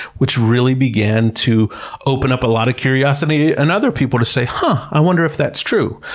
which really began to open up a lot of curiosity, and other people to say, huh, i wonder if that's true.